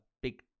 big